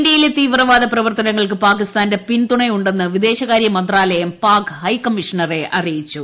ഇന്ത്യയിലെ തീവ്രവാദ പ്രവർത്തനങ്ങൾക്ക് പാകിസ്ഥാന്റെ പിന്തുണയുണ്ടെന്ന് വിദേശകാര്യമന്ത്രാലയം പാക് ഹൈക്കമ്മീഷണറെ അറിയിച്ചു